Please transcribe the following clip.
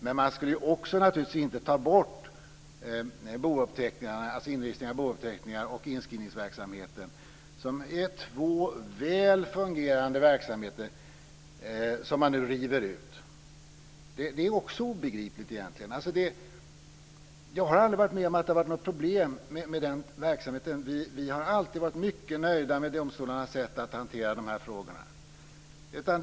Men man ska naturligtvis inte också ta bort inregistrering av bouppteckningar och inskrivningsverksamheten som är två väl fungerande verksamheter som man nu river ut. Det är också egentligen obegripligt. Jag har aldrig varit med om att det har varit något problem med den verksamheten. Vi har alltid varit mycket nöjda med domstolarnas sätt att hantera dessa frågor.